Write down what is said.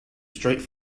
straight